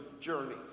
journey